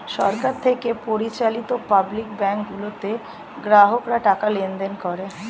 সরকার থেকে পরিচালিত public bank গুলোতে গ্রাহকরা টাকা লেনদেন করে